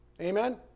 Amen